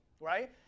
right